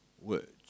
words